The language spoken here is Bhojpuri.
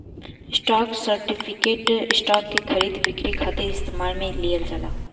स्टॉक सर्टिफिकेट, स्टॉक के खरीद बिक्री खातिर इस्तेमाल में लिहल जाला